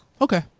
Okay